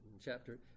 chapter